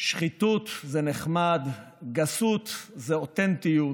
שחיתות זה נחמד, גסות זה אותנטיות,